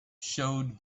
showed